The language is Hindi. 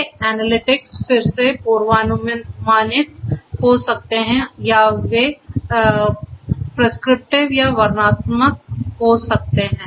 ये एनालिटिक्स फिर से पूर्वानुमानित हो सकते हैं या वे प्रिस्क्रिप्टिव या वर्णनात्मक हो सकते हैं